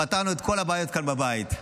פתרנו את כל הבעיות כאן בבית.